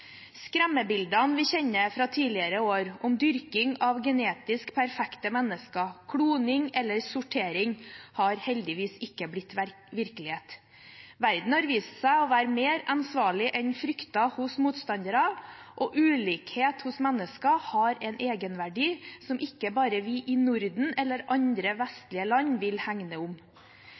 Skremmebildene vi kjenner fra tidligere år, om dyrking av genetisk perfekte mennesker, kloning eller sortering, har heldigvis ikke blitt virkelighet. Verden har vist seg å være mer ansvarlig enn fryktet av motstanderne, og ulikhet hos mennesker har en egenverdi som ikke bare vi i Norden eller andre vestlige land vil hegne om.